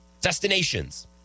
destinations